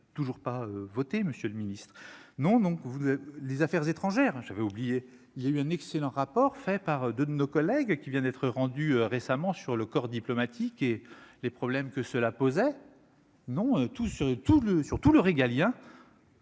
toujours pas voté monsieur le Ministre, non donc vous avez les affaires étrangères, j'avais oublié, il y a eu un excellent rapport fait part de, de nos collègues qui vient d'être rendu récemment sur le corps diplomatique et les problèmes que cela posait non tout sur tout le surtout